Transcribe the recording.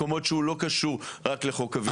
ככל הניתן.